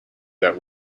that